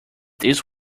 this